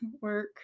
Work